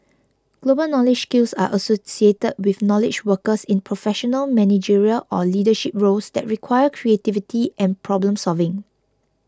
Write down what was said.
global knowledge skills are associated with knowledge workers in professional managerial or leadership roles that require creativity and problem solving